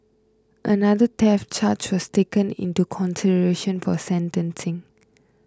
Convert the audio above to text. another theft charge was taken into consideration for sentencing